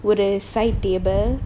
ஒரு:oru side table